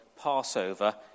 Passover